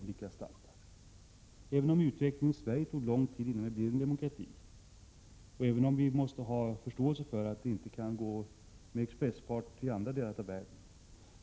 Det tog lång tid innan Sverige utvecklades till en demokrati, och vi måste ha förståelse för att det inte kan gå med expressfart i andra delar av världen.